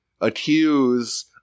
accuse